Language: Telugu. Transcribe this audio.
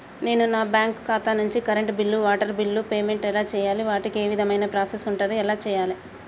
నేను నా బ్యాంకు ఖాతా నుంచి కరెంట్ బిల్లో వాటర్ బిల్లో పేమెంట్ ఎలా చేయాలి? వాటికి ఏ విధమైన ప్రాసెస్ ఉంటది? ఎలా చేయాలే?